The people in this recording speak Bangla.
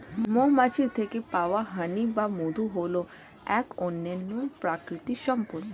মৌমাছির থেকে পাওয়া হানি বা মধু হল এক অনন্য প্রাকৃতিক সম্পদ